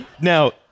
Now